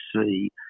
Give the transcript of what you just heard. see